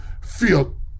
feel